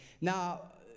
now